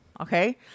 Okay